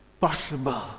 possible